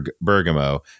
Bergamo